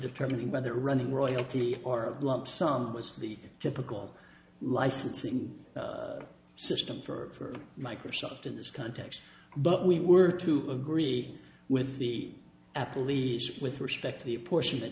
determining whether running royalty or a lump sum was the typical licensing system for microsoft in this context but we were to agree with the apple lease with respect to the portion that